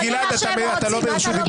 גלעד, אתה לא ברשות דיבור.